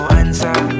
answer